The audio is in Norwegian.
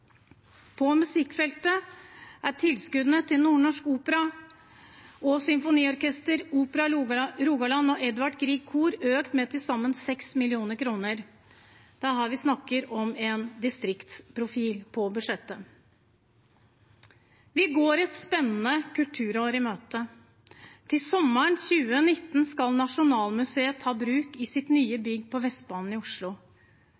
På musikkfeltet er tilskuddene til Nordnorsk Opera og Symfoniorkester, Opera Rogaland og Edvard Grieg Kor økt med til sammen 6 mill. kr. Det er her vi snakker om en distriktsprofil på budsjettet. Vi går et spennende kulturår i møte. Sommeren 2019 skal Nasjonalmuseet ta i bruk sitt nye bygg på Vestbanen i Oslo.